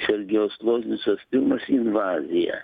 sergejaus loznicos filmas invazija